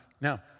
Now